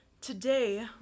Today